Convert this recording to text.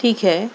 ٹھیک ہے